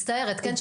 מצטערת, כן?